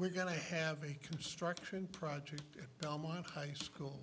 we're going to have a construction project i want a high school